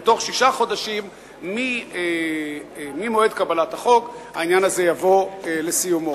ובתוך שישה חודשים ממועד קבלת החוק העניין הזה יבוא לסיומו.